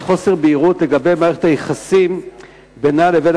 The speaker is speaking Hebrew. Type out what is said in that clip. חוסר בהירות לגבי מערכת היחסים בינה לבין